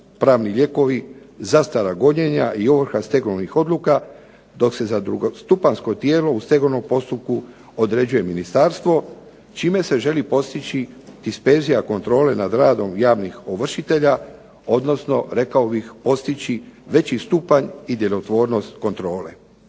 pravni lijekovi, zastara gonjenja i ovrha stegovnih odluka, dok se za drugostupanjsko tijelo u stegovnom postupku određuje ministarstvo čime se želi postići dispenzija kontrole nad radom javnih ovršitelja odnosno rekao bih postići veći stupanj i djelotvornost kontrole.